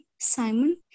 Simon